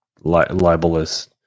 libelous